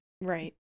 right